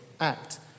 act